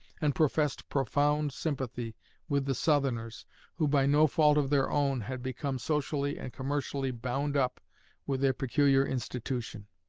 and professed profound sympathy with the southerners who, by no fault of their own, had become socially and commercially bound up with their peculiar institution.